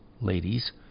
ladies